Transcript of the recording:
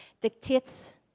dictates